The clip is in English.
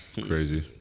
Crazy